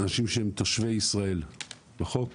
אנשים שהם תושבי ישראל כחוק,